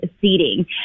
seating